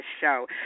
show